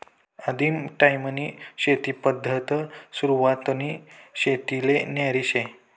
आदिम टायीमनी शेती पद्धत सुरवातनी शेतीले न्यारी शे